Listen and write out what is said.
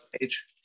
page